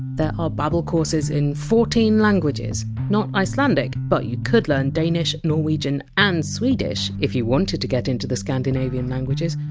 ah babbel courses in fourteen languages not icelandic, but you could learn danish, norwegian and swedish, if you wanted to get into the scandinavian languages.